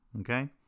Okay